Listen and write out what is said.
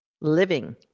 living